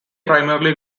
primarily